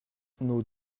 nos